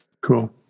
Cool